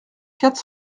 quatre